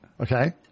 Okay